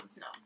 No